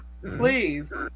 please